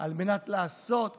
על מנת לעשות תיקון.